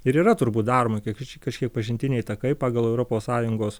ir yra turbūt daroma kiek kažkiek pažintiniai takai pagal europos sąjungos